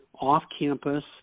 off-campus